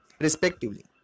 respectively